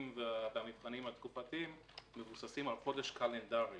והמבחנים התקופתיים מבוססים על חודש קלנדרי